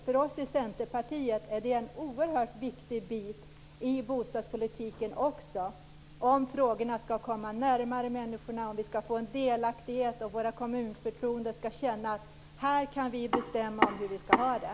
För oss i Centerpartiet är det också en oerhört viktig bit i bostadspolitiken att frågorna skall komma närmare människorna, att vi skall få delaktighet och att våra förtroendevalda i kommunerna skall känna: Här kan vi bestämma hur vi skall ha det.